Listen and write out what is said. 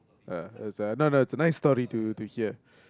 uh that's why no no is a nice story to to hear